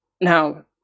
Now